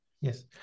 yes